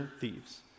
thieves